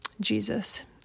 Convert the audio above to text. Jesus